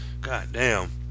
goddamn